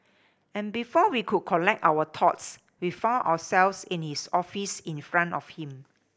and before we could collect our thoughts we found ourselves in his office in front of him